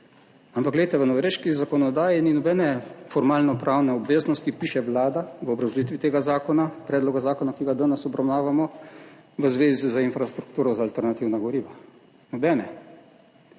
Ampak glejte, v norveški zakonodaji ni nobene formalnopravne obveznosti, piše Vlada, v obrazložitvi tega zakona, predloga zakona, ki ga danes obravnavamo v zvezi z infrastrukturo za alternativna goriva,